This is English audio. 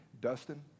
Dustin